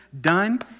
done